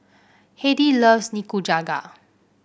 Hedy loves Nikujaga